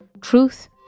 Truth